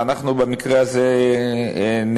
שאנחנו במקרה הזה נציגיה,